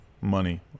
money